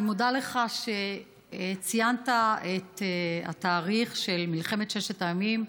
אני מודה לך על שציינת את התאריך של מלחמת ששת הימים,